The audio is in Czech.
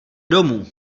domů